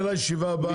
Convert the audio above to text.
זה לישיבה הבאה.